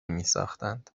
میساختند